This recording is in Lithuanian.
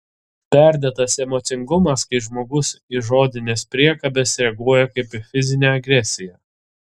perdėtas emocingumas kai žmogus į žodines priekabes reaguoja kaip į fizinę agresiją